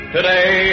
Today